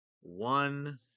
one